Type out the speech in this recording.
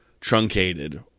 truncated